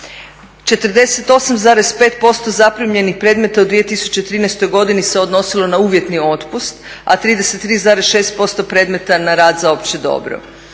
48,5% zaprimljenih predmeta u 2013. godini se odnosilo na uvjetni otpust, a 33,6% predmeta na rad za opće dobro.